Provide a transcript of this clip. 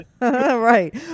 Right